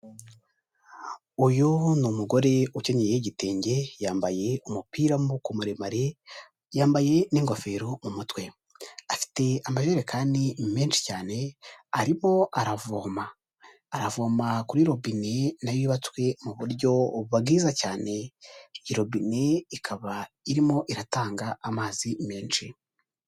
Uyu ni umugore ukinyeye igitenge, yambaye umupira w'amaboko maremare, yambaye n'ingofero mu mutwe, afite amajerekani menshi cyane arimo aravoma, aravoma kuri robine na yo yubatswe mu buryo bwiza cyane. Iyi robine ikaba irimo iratanga amazi menshi.